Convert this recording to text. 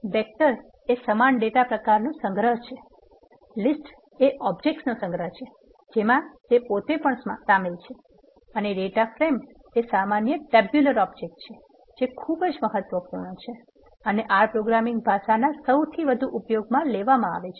vector એ સમાન data પ્રકારોનો સંગ્રહ છે લીસ્ટ એ ઓબ્જેક્ટ નો સંગ્રહ છે જેમાં તે પોતે પણ સામેલ છે અને ડેટા ફ્રેમ એ સામાન્ય ટેબ્યુલર ઓબ્જેક્ટ છે જે ખૂબ જ મહત્વપૂર્ણ છે અને R પ્રોગ્રામિંગ ભાષાના સૌથી વધુ ઉપયોગમાં લેવામાં આવે છે